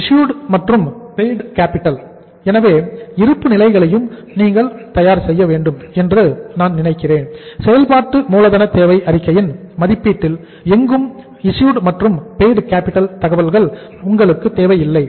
issued தகவல்கள் உங்களுக்கு தேவையில்லை